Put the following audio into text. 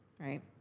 right